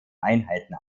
einheiten